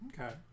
Okay